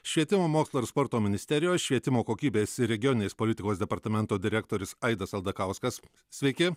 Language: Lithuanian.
švietimo mokslo ir sporto ministerijos švietimo kokybės ir regioninės politikos departamento direktorius aidas aldakauskas sveiki